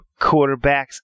quarterbacks